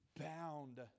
bound